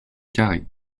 carré